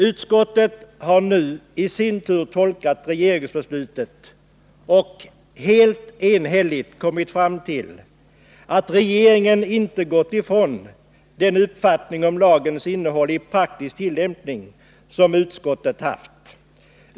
Utskottet har nu i sin tur tolkat regeringsbeslutet och — helt enhälligt — kommit fram till att regeringen inte gått ifrån den uppfattning om lagens innehåll i praktisk tillämpning som utskottet haft.